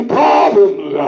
problems